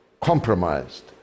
compromised